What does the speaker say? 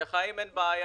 בביטוח חיים אין בעיה.